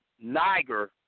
Niger